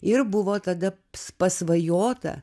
ir buvo tada pasvajota